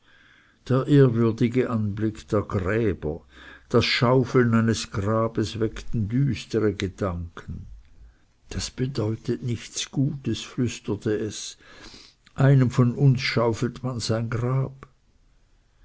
der ehrwürdige anblick der gräber das schaufeln eines grabes wecken düstere gedanken das bedeutet nichts gutes flüsterte es einem von uns schaufelt man sein grab